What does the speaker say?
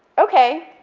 okay,